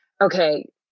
okay